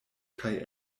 kaj